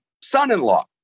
son-in-law